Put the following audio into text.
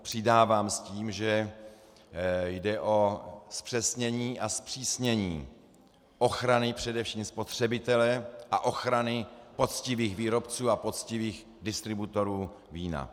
Přidávám se k tomu s tím, že jde o zpřesnění a zpřísnění ochrany především spotřebitele a ochrany poctivých výrobců a poctivých distributorů vína.